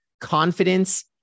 Confidence